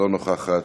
לא נוכחת.